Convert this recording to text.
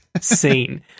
scene-